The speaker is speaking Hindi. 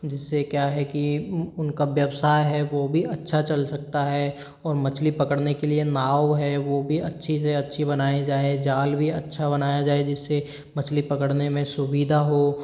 जिससे क्या है कि उनका व्यवसाय है वो भी अच्छा चल सकता है और मछली पकड़ने के लिए नाव है वो भी अच्छी से अच्छी बनाई जाए जाल भी अच्छा बनाया जाए जिससे महली पकड़ने में सुविधा हो